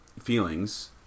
feelings